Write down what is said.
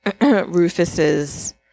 Rufus's